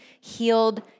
healed